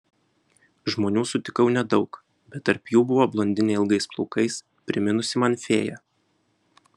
žmonių sutikau nedaug bet tarp jų buvo blondinė ilgais plaukais priminusi man fėją